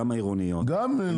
גם העירוניות,